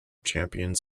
champions